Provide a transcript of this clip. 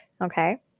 okay